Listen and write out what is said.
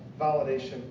validation